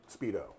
speedo